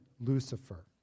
Lucifer